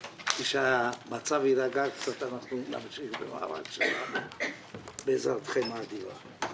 וכשהמצב יירגע מעט אנחנו נמשיך במאבק שלנו בעזרתכם האדיבה.